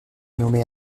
nommée